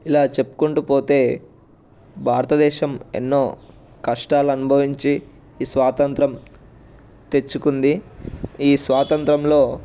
ఇలా చెప్పుకుంటూ పోతే భారతదేశం ఎన్నో కష్టాలు అనుభవించి ఈ స్వాతంత్ర్యం తెచ్చుకుంది ఈ స్వాతంత్ర్యంలో